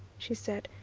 she said.